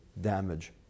damage